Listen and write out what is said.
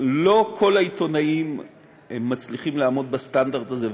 לא כל העיתונאים מצליחים לעמוד בסטנדרט הזה,